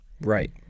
right